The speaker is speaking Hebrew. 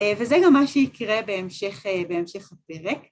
וזה גם מה שיקרה בהמשך... בהמשך הפרק.